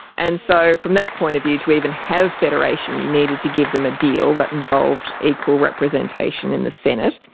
and so from that point of view to even have federation you needed to give them a deal that involved equal representation in the senate.